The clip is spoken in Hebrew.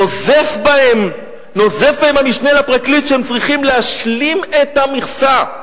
נוזף בהם המשנה לפרקליט שהם צריכים להשלים את המכסה.